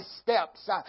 steps